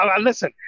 listen